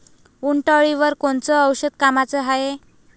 उंटअळीवर कोनचं औषध कामाचं हाये?